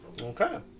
Okay